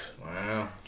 Wow